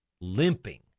limping